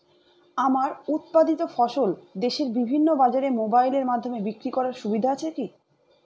আমার উৎপাদিত ফসল দেশের বিভিন্ন বাজারে মোবাইলের মাধ্যমে বিক্রি করার সুবিধা আছে কি?